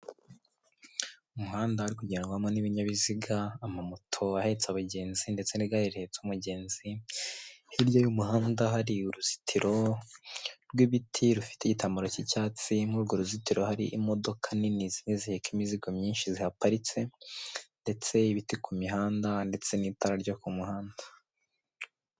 Umuhanda uri kugendwamo n'ibinyabiziga amamoto ahetse abagenzi, ndetse n'igare rihetse umugenzi. Hirya y'umuhanda hari uruzitiro rw'ibiti rufite igitambaro cy'icyatsi, muri urwo ruzitiro hari imodoka nini zimwe ziheka imizigo myinshi zihaparitse, ndetse ibiti ku mihanda ndetse n'itara ryo ku muhanda.